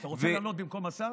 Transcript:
אתה רוצה לענות במקום השר?